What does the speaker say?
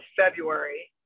february